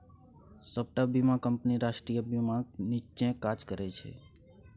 सबटा बीमा कंपनी राष्ट्रीय बीमाक नीच्चेँ काज करय छै